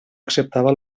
acceptava